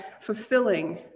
fulfilling